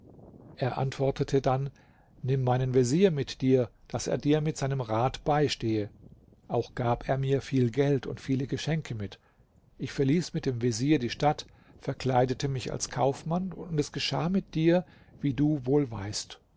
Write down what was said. er antwortete dann nimm meinen vezier mit dir daß er dir mit seinem rat beistehe auch gab er mir viel geld und viele geschenke mit ich verließ mit dem vezier die stadt verkleidete mich als kaufmann und es geschah mit dir wie du wohl weißt